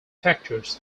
factors